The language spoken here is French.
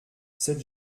cette